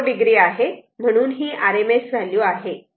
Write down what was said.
म्हणून ही RMS value आहे